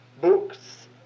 books